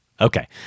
Okay